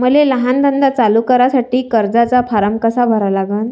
मले लहान धंदा चालू करासाठी कर्जाचा फारम कसा भरा लागन?